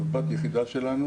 זאת בת יחידה שלנו